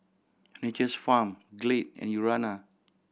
Nature's Farm Glade and Urana